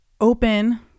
open